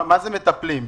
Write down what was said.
מה זה "מטפלים"?